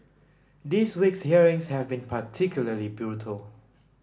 this week's hearings have been particularly brutal